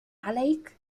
عليك